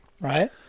right